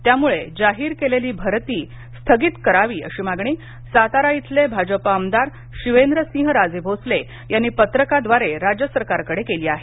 त्यामुळे जाहीर केलेली भरती स्थगित करावी अशी मागणी सातारा इथले भाजपा आमदार शिवेंद्रसिहराजे भोसले यांनी पत्रकाद्वारे राज्य सरकारकडे केली आहे